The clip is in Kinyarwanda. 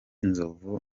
nzovu